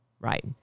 right